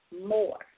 more